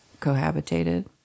cohabitated